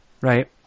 right